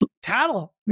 Tattle